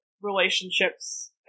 relationships